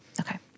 Okay